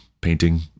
painting